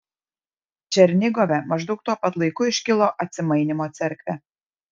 černigove maždaug tuo pat laiku iškilo atsimainymo cerkvė